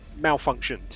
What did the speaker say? malfunctions